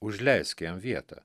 užleisk jam vietą